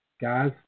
Guys